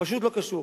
פשוט לא קשור.